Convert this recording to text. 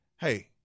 hey